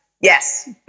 Yes